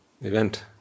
event